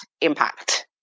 impact